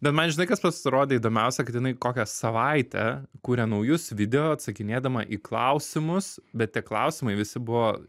bet man žinai kas pasirodė įdomiausia kad jinai kokią savaitę kuria naujus video atsakinėdama į klausimus bet tie klausimai visi buvo